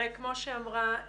כמו שאמרה שרון,